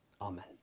Amen